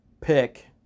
pick